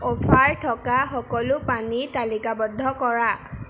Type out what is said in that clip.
offer থকা সকলো পানী তালিকাবদ্ধ কৰা